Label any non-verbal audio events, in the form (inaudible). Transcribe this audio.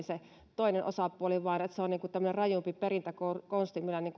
(unintelligible) se toinen osapuoli menisi konkurssiin vaan että se on tämmöinen rajumpi perintäkonsti millä